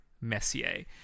Messier